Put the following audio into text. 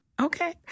Okay